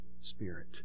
spirit